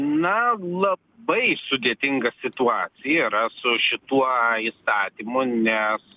na labai sudėtinga situacija yra su šituo įstatymu nes